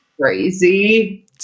crazy